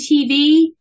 TV